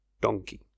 donkey